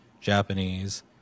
Japanese